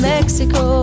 Mexico